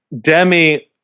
Demi